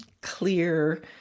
clear